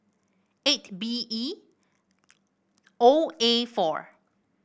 eight B E O A four